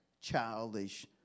childish